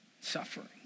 suffering